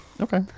Okay